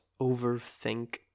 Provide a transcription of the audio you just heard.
overthink